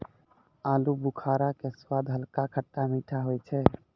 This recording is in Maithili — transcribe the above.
आलूबुखारा के स्वाद हल्का खट्टा मीठा होय छै